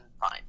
fine